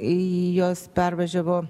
į juos pervažiavo